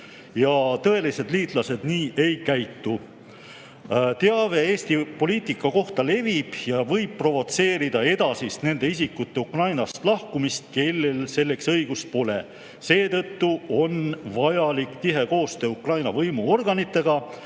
Tõelised liitlased nii ei käitu. Teave Eesti poliitika kohta levib ja võib provotseerida nende isikute edasist Ukrainast lahkumist, kellel selleks õigust pole. Seetõttu on vaja teha tihedat koostööd Ukraina võimuorganitega.